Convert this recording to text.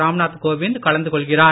ராம்நாத் கோவிந்த் கலந்து கொள்கிறார்